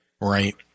Right